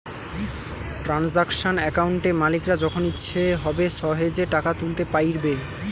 transaction অ্যাকাউন্টে মালিকরা যখন ইচ্ছে হবে সহেজে টাকা তুলতে পাইরবে